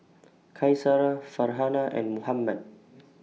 Qaisara Farhanah and Muhammad